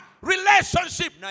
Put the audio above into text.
relationship